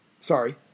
Sorry